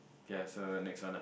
ya so next one ah